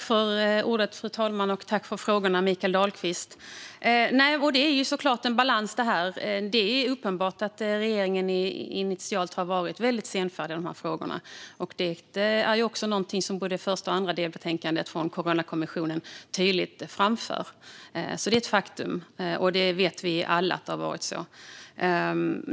Fru talman! Tack för frågan, Mikael Dahlqvist! Det är såklart en balans. Det är uppenbart att regeringen initialt har varit väldigt senfärdig i dessa frågor. Detta är också något som tydligt framförs i både det första och det andra delbetänkandet från Coronakommissionen. Det är ett alltså faktum, och vi vet alla att det har varit så.